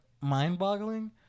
mind-boggling